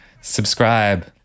Subscribe